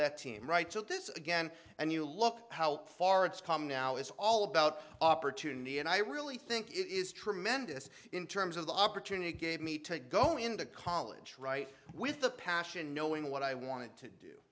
that team right so this again and you look how far it's come now it's all about opportunity and i really think is tremendous in terms of the opportunity it gave me to go into college right with the passion knowing what i wanted to do